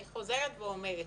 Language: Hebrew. אני חוזרת ואומרת,